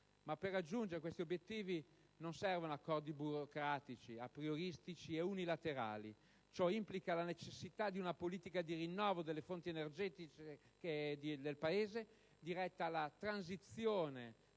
Ma per raggiungere tali obiettivi non servono accordi burocratici, aprioristici e unilaterali; ciò implica la necessità di una politica di rinnovo delle fonti energetiche del Paese diretta alla transizione